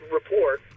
report